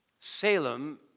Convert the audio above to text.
Salem